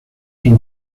son